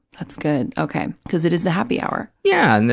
that's good, okay, because it is the happy hour. yeah, and,